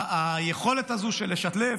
היכולת הזו של לשלב